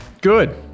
good